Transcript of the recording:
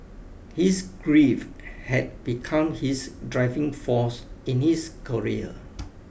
his grief had become his driving force in his career